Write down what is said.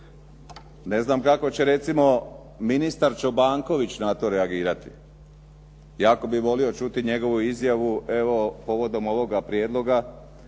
Ne znam kako će recimo ministar Čobanković na to reagirati. Jako bih volio čuti njegovu izjavu povodom ovoga prijedloga